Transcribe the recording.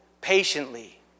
patiently